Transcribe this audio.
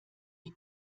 wie